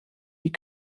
die